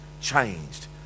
changed